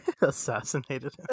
Assassinated